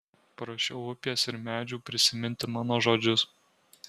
prašiau upės ir medžių prisiminti mano žodžius